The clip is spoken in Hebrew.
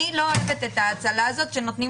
אני לא אוהבת את ההאצלה הזאת שנותנים